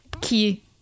key